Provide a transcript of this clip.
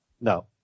No